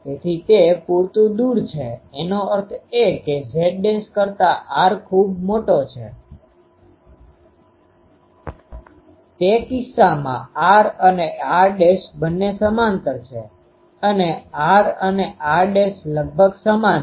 તેથી તે પૂરતું દૂર છે એનો અર્થ એ કે Z કરતા r ખૂબ મોટો છે તે કિસ્સામાં r અને r' બંને સમાંતર છે અને r અને r' લગભગ સમાન છે